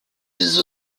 des